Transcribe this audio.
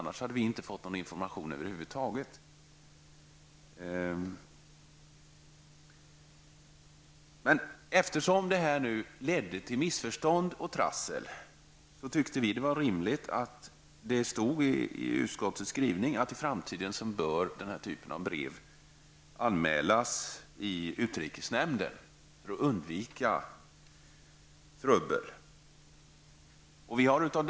Då skulle vi över huvud taget inte ha fått någon information. Eftersom det ledde till missförstånd och trassel tyckte vi att det var rimligt att det stod i utskottets skrivning att denna typ av brev i framtiden bör anmälas i utrikesnämnden i och för undvikande av problem.